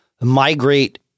migrate